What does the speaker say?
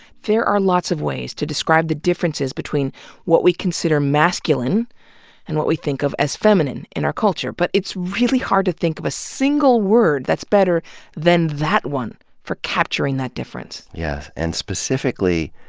there are lots of ways to describe the differences between what we consider masculine and what we think of as feminine in our culture, but it's really hard to think of a single word that's better than that one for capturing the difference. yeah and specifically,